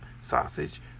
sausage